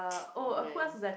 oh man